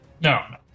No